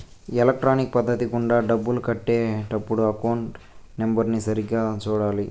electronic పద్ధతి గుండా డబ్బులు కట్టే టప్పుడు అకౌంట్ నెంబర్ని సరిగ్గా సూడాలి